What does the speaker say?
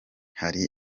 hari